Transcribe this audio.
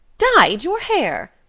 dyed your hair!